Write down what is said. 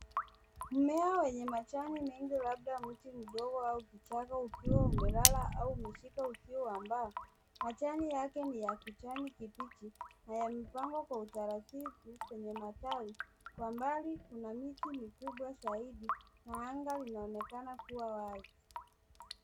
Mmea wenye majani mengi , labda mti mdogo au kichaka ukiwa umelala au umeshika ukiwa waambaa. Majani yake ni ya kijani kibichi na yamepangwa kwa utaratibu kwenye matawi. Kwa mbali kuna miti mikubwa zaidi na anga linaonekana kuwa wazi.